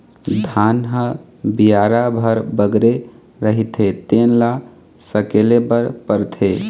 धान ह बियारा भर बगरे रहिथे तेन ल सकेले बर परथे